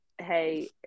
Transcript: Hey